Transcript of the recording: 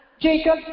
Jacob